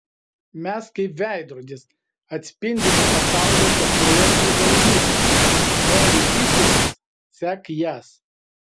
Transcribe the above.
mes kaip veidrodis atspindime pasaulio technologijų galimybes nori vystytis sek jas